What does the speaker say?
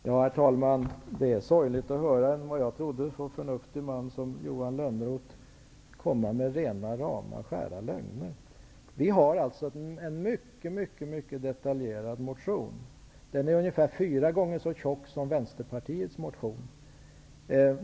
Herr talman! Det är sorgligt att höra, som jag trodde, en förnuftig man som Johan Lönnroth komma med rena rama skära lögner. Vi har en mycket, mycket detaljerad motion. Den är ungefär fyra gånger så tjock som Vänsterpartiets motion.